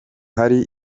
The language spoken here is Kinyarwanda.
hari